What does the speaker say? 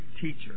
teacher